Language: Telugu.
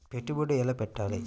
పెట్టుబడి ఎలా పెట్టాలి?